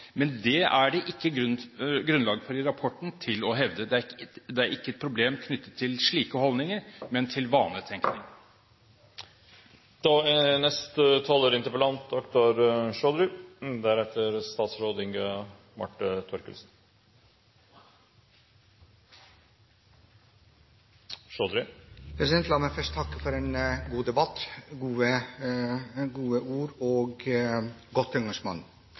Men det er det ikke grunnlag for i rapporten til å hevde. Det er ikke et problem knyttet til slike holdninger, men til vanetenkning. La meg først takke for en god debatt – gode ord og godt engasjement. La meg først